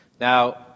Now